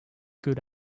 good